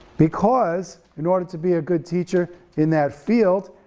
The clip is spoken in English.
because, in order to be a good teacher in that field,